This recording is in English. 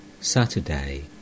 Saturday